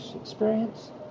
experience